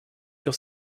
sur